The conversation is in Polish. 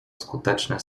skuteczny